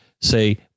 say